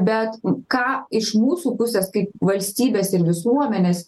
bet ką iš mūsų pusės kaip valstybės ir visuomenės